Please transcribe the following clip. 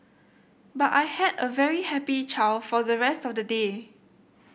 but I had a very happy child for the rest of the day